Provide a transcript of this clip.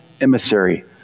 emissary